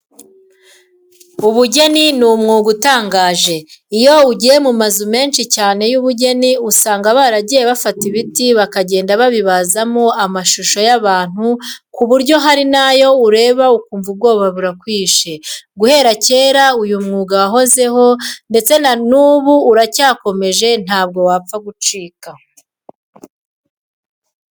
Ubugeni ni umwuga utangaje. Iyo ugiye mu mazu menshi cyane y'ubugeni usanga baragiye bafata ibiti bakagenda babibazamo amashusho y'abantu ku buryo hari n'ayo ureba ukumva ubwoba burakwishe. Guhera kera uyu mwuga wahozeho ndetse na n'ubu uracyakomeje ntabwo wapfa gucika.